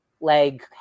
leg